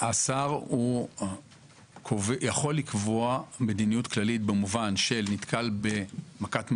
השר יכול לקבוע מדיניות כללית למשל כשהוא נתקל במכת מדינה,